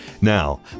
Now